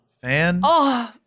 Fan